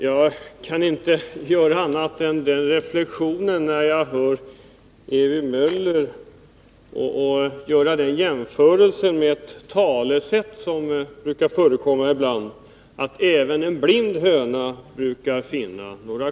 Fru talman! Jag kan inte annat än göra den reflexionen, när jag hör Ewy Möller, att det finns ett talesätt som lyder: En blind höna finner också stundom ett korn.